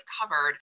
covered